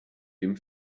dem